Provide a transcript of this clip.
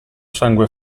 sangue